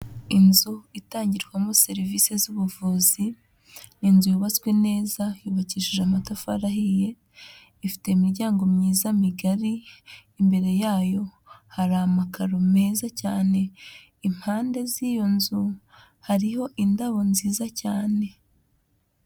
Inzu itangirwamo serivisi z'ubuvuzi, inzu yubatswe neza yubakishije amatafari ahiye, ifite imiryango myiza migari, imbere yayo hari amakaro meza cyane, impande z'iyo nzu hariho indabo nziza cyane.